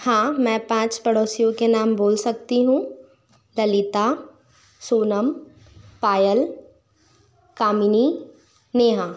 हाँ मैं पाँच पड़ोसियों के नाम बोल सकती हूँ ललिता सोनम पायल कामिनी नेहा